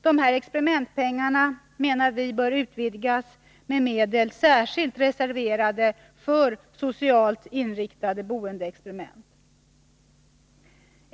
Dessa experimentpengar bör utvidgas med medel särskilt reserverade för socialt inriktade boendeexperiment.